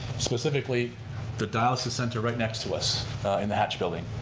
specifically the dialysis center right next to us in the hatch building.